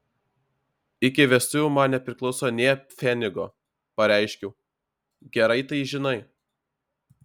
iki vestuvių man nepriklauso nė pfenigo pareiškiau gerai tai žinai